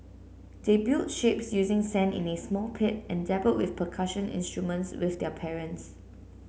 they built shapes using sand in a small pit and dabbled with percussion instruments with their parents